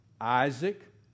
Isaac